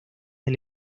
del